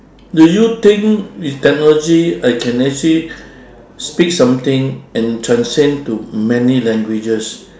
do you think with technology I can actually speak something and translate it to many languages